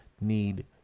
need